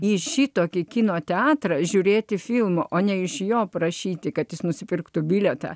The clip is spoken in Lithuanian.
į šitokį kino teatrą žiūrėti filmų o ne iš jo prašyti kad jis nusipirktų bilietą